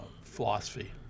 philosophy